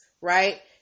right